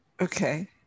Okay